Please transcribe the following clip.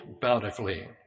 bountifully